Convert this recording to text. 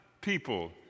people